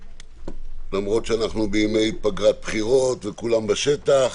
למרות שאנחנו בימי פגרת בחירות וכולם בשטח,